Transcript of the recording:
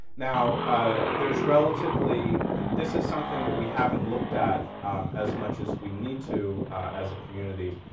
now ah there's relatively this is something that we haven't looked at as much as we need to as a community,